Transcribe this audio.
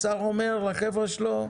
השר אומר לחבר'ה שלו,